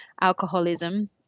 alcoholism